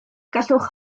gallwch